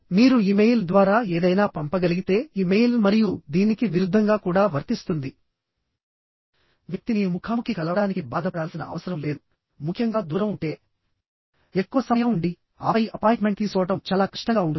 మీరు ఇమెయిల్ ద్వారా ఏదైనా పంపగలిగితే ఇమెయిల్ మరియు దీనికి విరుద్ధంగా కూడా వర్తిస్తుంది వ్యక్తిని ముఖాముఖి కలవడానికి బాధపడాల్సిన అవసరం లేదు ముఖ్యంగా దూరం ఉంటే ఎక్కువ సమయం ఉండి ఆపై అపాయింట్మెంట్ తీసుకోవడం చాలా కష్టంగా ఉంటుంది